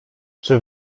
czy